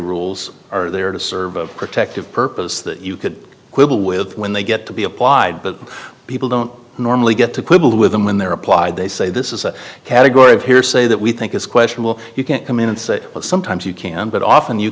rules are there to serve a protective purpose that you could quibble with when they get to be applied but people don't normally get to quibble with them when they're applied they say this is a category of hearsay that we think is questionable you can't come in and say well sometimes you can but often you